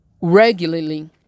Regularly